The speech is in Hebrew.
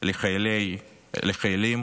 לחיילים